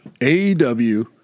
aew